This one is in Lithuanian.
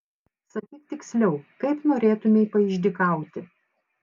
sakyk tiksliau kaip norėtumei paišdykauti